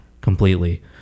completely